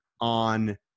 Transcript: on